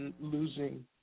losing